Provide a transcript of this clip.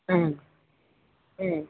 മ്മ് മ്മ്